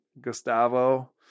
gustavo